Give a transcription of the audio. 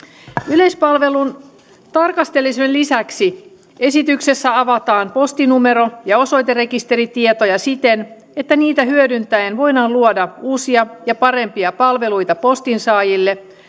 yleispalvelun tarkastelemisen lisäksi esityksessä avataan postinumero ja osoiterekisteritietoja siten että niitä hyödyntäen voidaan luoda uusia ja parempia palveluita postinsaajille